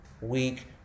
weak